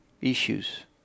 issues